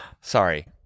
Sorry